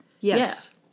Yes